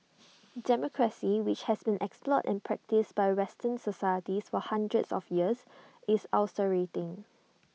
democracy which has been explored and practised by western societies for hundreds of years is ulcerating